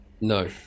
No